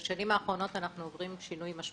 בשנים האחרונות אנחנו עוברים שינוי משמעותי,